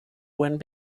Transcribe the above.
went